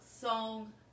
song